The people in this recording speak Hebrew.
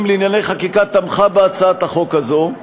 לענייני חקיקה תמכה בהצעת החוק הזאת,